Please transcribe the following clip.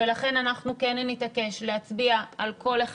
ולכן אנחנו כן נתעקש להצביע על כל אחד,